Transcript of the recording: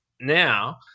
Now